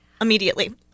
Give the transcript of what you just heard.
immediately